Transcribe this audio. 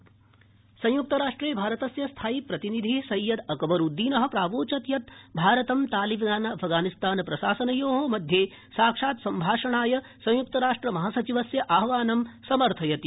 भारत अफगानिस्तानम् संयुक्तराष्ट्रे भारतस्य स्थायि प्रतिनिधि सैयद अकबरुद्दीन प्रावोचत् यत् भारत तालिबानाफगानिस्तान प्रशासनयो मध्ये साक्षात्सम्भाषणाय संयुक्तराष्ट्रमहासचिवस्य आह्वानं समर्थयति